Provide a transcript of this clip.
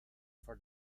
for